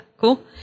cool